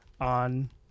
on